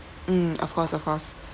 mm of course of course